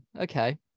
Okay